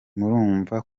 murumva